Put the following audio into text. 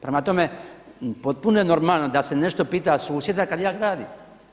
Prema tome, potpuno je normalno da se nešto pita susjeda kada ja gradim.